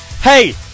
Hey